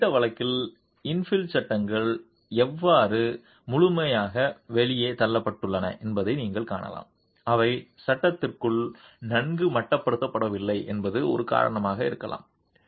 இந்த குறிப்பிட்ட வழக்கில் இன்ஃபில் சட்டங்கள் எவ்வாறு முழுமையாக வெளியே தள்ளப்பட்டுள்ளன என்பதை நீங்கள் காணலாம் அவை சட்டகத்திற்குள் நன்கு மட்டுப்படுத்தப்படவில்லை என்பது ஒரு காரணமாக இருக்கலாம்